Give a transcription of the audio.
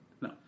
No